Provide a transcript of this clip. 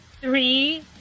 Three